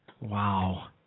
Wow